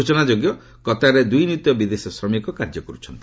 ସୂଚନା ଯୋଗ୍ୟ କତାରରେ ଦୁଇ ନିୟୁତ ବିଦେଶୀ ଶ୍ରମିକ କାର୍ଯ୍ୟ କର୍ ଛନ୍ତି